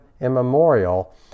immemorial